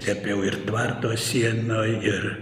slėpiau ir tvarto sienoj ir